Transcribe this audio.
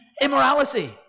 immorality